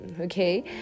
okay